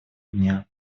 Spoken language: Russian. дня